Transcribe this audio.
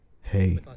hey